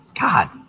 God